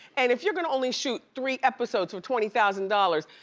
and if you're gonna only shoot three episodes for twenty thousand dollars,